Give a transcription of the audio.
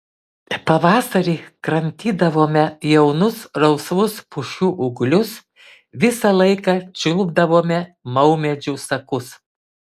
pavasarį kramtydavome jaunus rausvus pušų ūglius visą laiką čiulpdavome maumedžių sakus